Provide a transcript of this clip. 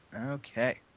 Okay